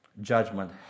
judgment